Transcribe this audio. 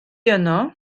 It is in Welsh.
yno